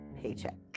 paycheck